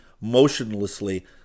motionlessly